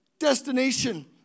destination